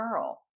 Earl